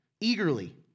Eagerly